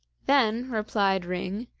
then, replied ring,